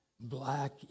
Black